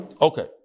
Okay